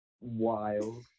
wild